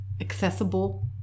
accessible